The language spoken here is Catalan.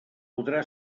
podrà